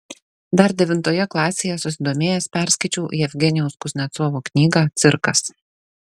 dar devintoje klasėje susidomėjęs perskaičiau jevgenijaus kuznecovo knygą cirkas